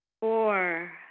Four